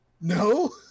No